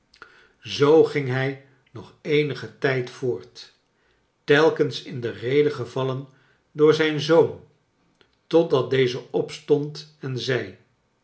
zoo ging hij nog eenigen tijd voort t elk ens in de rede gevallen door zijn zoon totdat deze opstond en zei